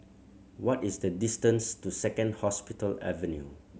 what is the distance to Second Hospital Avenue